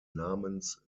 namens